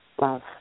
love